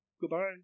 Goodbye